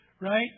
Right